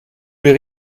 weer